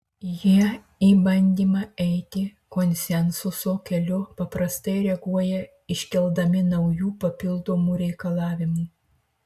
jie į bandymą eiti konsensuso keliu paprastai reaguoja iškeldami naujų papildomų reikalavimų